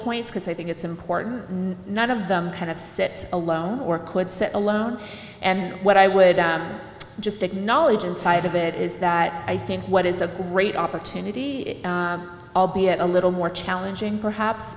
points because i think it's important none of them kind of sit alone or could sit alone and what i would just acknowledge inside of it is that i think what is a great opportunity albeit a little more challenging perhaps